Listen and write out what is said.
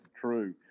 true